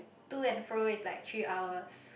to and fro is like three hours